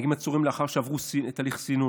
מגיעים עצורים לאחר שעברו תהליך סינון.